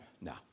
Now